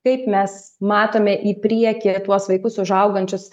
kaip mes matome į priekį tuos vaikus užaugančius